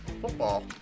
Football